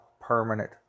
permanent